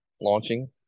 launching